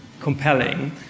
compelling